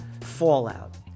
fallout